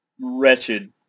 wretched